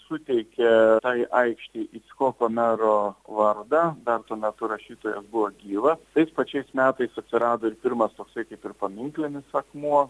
suteikė tai aikštei icchoko mero vardą bent tuo metu rašytojas buvo gyvas tais pačiais metais atsirado ir pirmas toksai kaip ir paminklinis akmuo